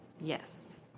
Yes